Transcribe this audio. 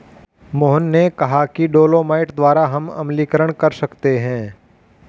मोहन ने कहा कि डोलोमाइट द्वारा हम अम्लीकरण कर सकते हैं